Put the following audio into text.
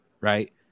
right